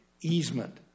easement